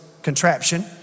contraption